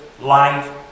life